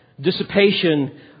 Dissipation